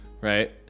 Right